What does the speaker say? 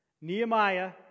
Nehemiah